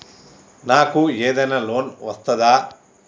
నాకు ఏదైనా లోన్ వస్తదా?